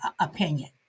opinion